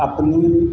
अपनी